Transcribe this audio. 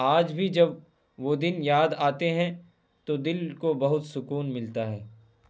آج بھی جب وہ دن یاد آتے ہیں تو دل کو بہت سکون ملتا ہے